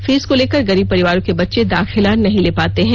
fees को लेकर गरीब परिवारों के बच्चे दाखिला नहीं ले पाते हैं